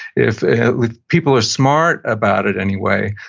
if people are smart about it anyway,